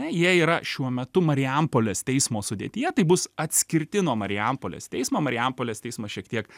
jie yra šiuo metu marijampolės teismo sudėtyje tai bus atskirti nuo marijampolės teismo marijampolės teismas šiek tiek